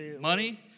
Money